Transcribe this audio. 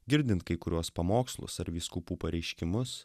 girdint kai kuriuos pamokslus ar vyskupų pareiškimus